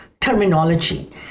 terminology